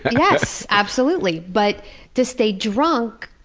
yes, absolutely. but to stay drunk,